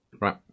right